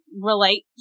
relate